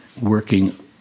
working